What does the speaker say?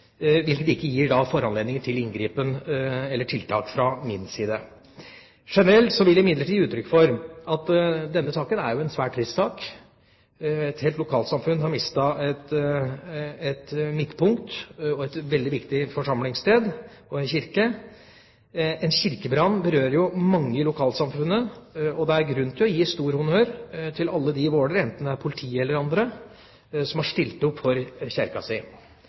ikke gir foranledning til inngripen eller tiltak fra min side. Generelt vil jeg imidlertid gi uttrykk for at denne saken er svært trist. Et helt lokalsamfunn har mistet et midtpunkt og et veldig viktig forsamlingssted: en kirke. En kirkebrann berører mange i lokalsamfunnet, og det er grunn til å gi stor honnør til alle de i Våler, enten det er politiet eller andre, som har stilt opp for